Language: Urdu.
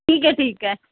ٹھیک ہے ٹھیک ہے